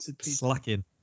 Slacking